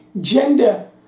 gender